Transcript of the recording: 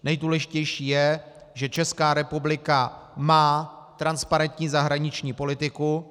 Nejdůležitější je, že Česká republika má transparentní zahraniční politiku.